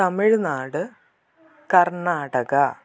Tamil Nadu Karnataka